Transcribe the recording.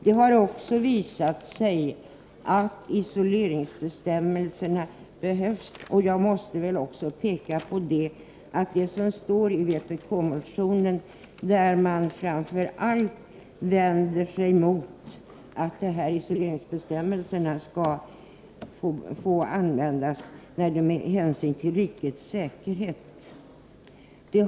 Det har också visat sig att isoleringsbestämmelserna behövs. I vpk-motionen vänder man sig mot att isoleringsbestämmelserna får användas med hänsyn till rikets säkerhet.